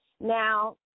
Now